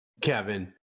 Kevin